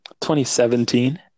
2017